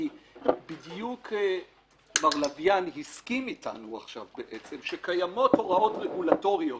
כי בדיוק מר לביאן הסכים איתנו עכשיו בעצם שקיימות הוראות רגולטוריות